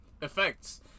effects